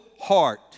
heart